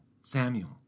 Samuel